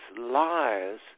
lies